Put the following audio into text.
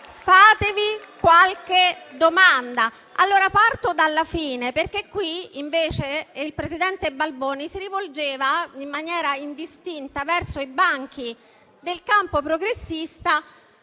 fatevi qualche domanda. *(Commenti. Applausi)*. Parto dalla fine, perché qui invece il presidente Balboni si rivolgeva in maniera indistinta verso i banchi del campo progressista,